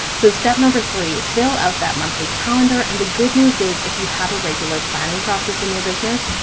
so step number three, fill out that monthly calendar. and the good news is if you have a regular planning process in your business,